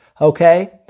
Okay